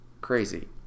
Crazy